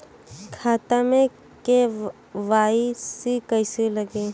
खाता में के.वाइ.सी कइसे लगी?